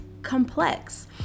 complex